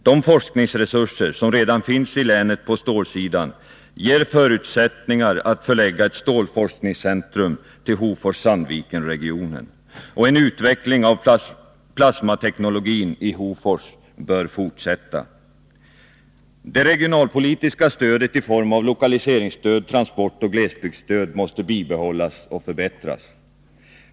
De forskningsresurser som redan finns i länet på stålsidan ger förutsättningar att förlägga ett stålforskningscentrum till Hofors-Sandviken-regionen. En utveckling av plasmateknologin i Hofors bör fortsätta. Det regionalpolitiska stödet i form av localiseringsstöd, transportoch glesbygdsstöd måste bibehållas och förbättras.